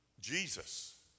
Jesus